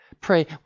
Pray